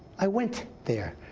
i went there.